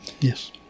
yes